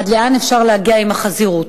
עד לאן אפשר להגיע עם החזירות?